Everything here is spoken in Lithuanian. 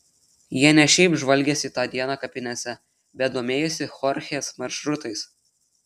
jie ne šiaip žvalgėsi tą dieną kapinėse bet domėjosi chorchės maršrutais